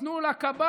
ייתנו לה קביים,